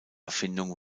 erfindung